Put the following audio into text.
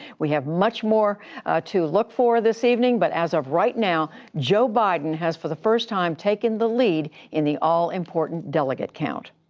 we have much more to look for this evening. but, as of right now, joe biden has for the first time taken the lead in the all-important delegate count.